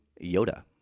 yoda